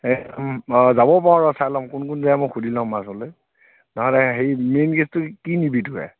হে যাবও পাৰোঁ ৰহ চাই লও কোন কোন যায় মই সুধি লও মাছলৈ মেইন কেচটো কি নিবি